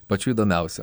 pačių įdomiausių